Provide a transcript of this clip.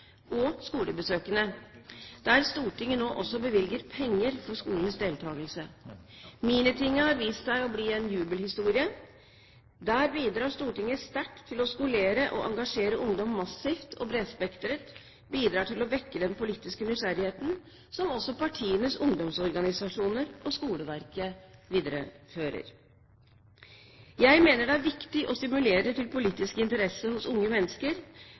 og skolebesøkene, der Stortinget nå også bevilger penger til skolenes deltakelse. MiniTinget har vist seg å bli en jubelhistorie. Der bidrar Stortinget sterkt til å skolere og engasjere ungdom massivt og bredspektret – bidrar til å vekke den politiske nysgjerrigheten, som partienes ungdomsorganisasjoner og skoleverket viderefører. Jeg mener det er viktig å stimulere til politisk interesse hos unge mennesker.